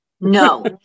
No